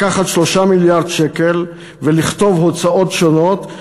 לקחת 3 מיליארד שקל ולכתוב "הוצאות שונות",